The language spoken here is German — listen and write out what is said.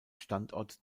standort